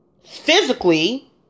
Physically